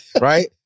right